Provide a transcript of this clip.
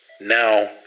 Now